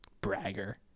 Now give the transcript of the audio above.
Bragger